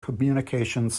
communications